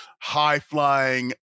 high-flying